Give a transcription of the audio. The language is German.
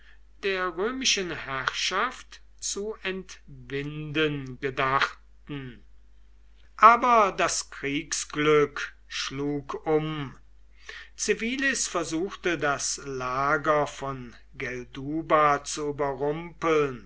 der römischen herrschaft zu entwinden gedachten aber das kriegsglück schlug um civilis versuchte das lager von gelduba zu überrumpeln